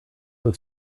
was